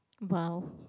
!wow!